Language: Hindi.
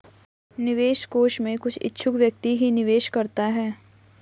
निवेश कोष में कुछ इच्छुक व्यक्ति ही निवेश करता है